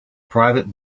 private